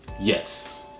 Yes